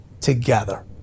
together